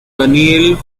daniel